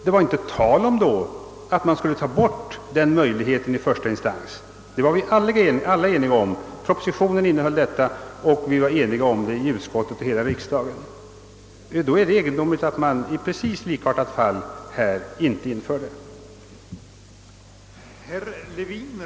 Det var då inte tal om annat än att denna möjlighet till ersättning skulle finnas åtminstone i första instans. Propositionen innehöll förslag härom, och riksdagen var helt enig på den punkten. Då är det egendomligt att man nu i ett helt likartat fall inte vill införa denna möjlighet,